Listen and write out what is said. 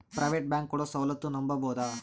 Private bank ಕೊಡೊ ಸೌಲತ್ತು ನಂಬಬೋದ?